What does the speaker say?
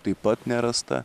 taip pat nerasta